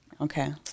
Okay